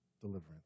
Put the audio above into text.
deliverance